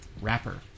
Wrapper